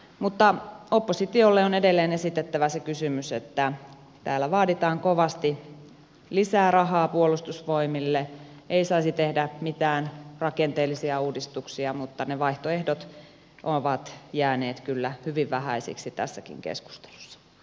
mutta oppositiolle on edelleen esitettävä se kysymys että kun täällä vaaditaan kovasti lisää rahaa puolustusvoimille ei saisi tehdä mitään rakenteellisia uudistuksia niin ne vaihtoehdot ovat jääneet kyllä hyvin vähäisiksi tässäkin keskustelussa